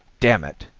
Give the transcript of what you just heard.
damn it!